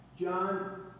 John